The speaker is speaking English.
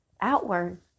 outward